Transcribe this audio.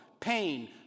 pain